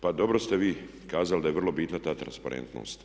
Pa dobro ste vi kazali da je vrlo bitna ta transparentnost.